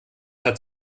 hat